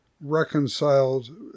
reconciled